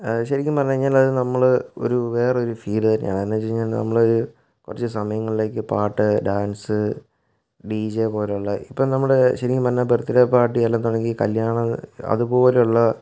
ശരിക്കും പറഞ്ഞുകഴിഞ്ഞാലത് നമ്മൾ ഒരു വേറൊരു ഫീല് തന്നെയാണ് എന്നുവെച്ചുകഴിഞ്ഞാൽ നമ്മളൊരു കുറച്ച് സമയങ്ങളിലേക്ക് പാട്ട് ഡാൻസ് ഡീ ജെ പോലുള്ള ഇപ്പോൾ നമ്മുടെ ശരിക്കും പറഞ്ഞാൽ ബെർത്ത്ഡേ പാർട്ടി അല്ലെന്നുണ്ടെങ്കിൽ കല്യാണം അതുപോലുള്ള